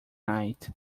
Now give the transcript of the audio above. night